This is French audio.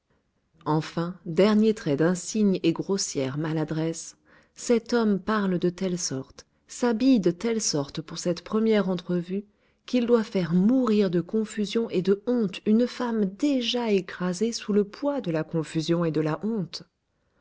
enfin dernier trait d'insigne et grossière maladresse cet homme parle de telle sorte s'habille de telle sorte pour cette première entrevue qu'il doit faire mourir de confusion et de honte une femme déjà écrasée sous le poids de la confusion et de la honte